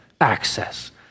Access